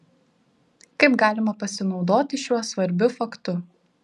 kaip galima pasinaudoti šiuo svarbiu faktu